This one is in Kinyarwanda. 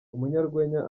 umunyarwenya